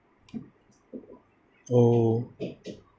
oh